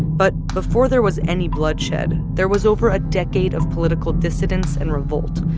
but before there was any bloodshed, there was over a decade of political dissidence and revolt.